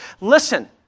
Listen